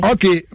Okay